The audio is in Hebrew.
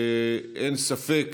אין ספק,